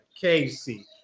Casey